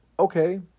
okay